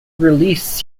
release